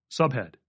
Subhead